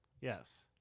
Yes